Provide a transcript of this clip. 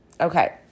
Okay